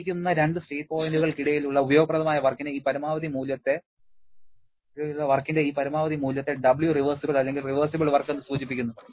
തന്നിരിക്കുന്ന രണ്ട് സ്റ്റേറ്റ് പോയിന്റുകൾക്കിടയിലുള്ള ഉപയോഗപ്രദമായ വർക്കിന്റെ ഈ പരമാവധി മൂല്യത്തെ Wrev അല്ലെങ്കിൽ റിവേർസിബിൾ വർക്ക് എന്ന് സൂചിപ്പിക്കുന്നു